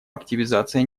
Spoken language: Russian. активизация